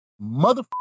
Mother